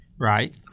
Right